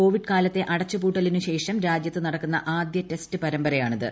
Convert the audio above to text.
Covid കാലത്തെ അടച്ചുപൂട്ടലിന് ശേഷം രാജ്യത്ത് നടക്കുന്ന ആദ്യ ടെസ്റ്റ് പരമ്പരയാണിത്